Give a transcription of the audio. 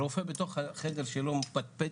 הרופא בתוך החדר שלו מפטפט,